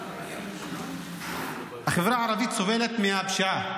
החברה הערבית סובלת מהפשיעה,